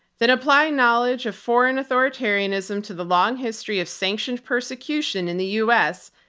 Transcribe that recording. then apply knowledge of foreign authoritarianism to the long history of sanctioned persecution in the u. s,